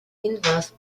inverse